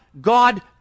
God